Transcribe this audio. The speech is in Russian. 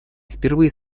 впервые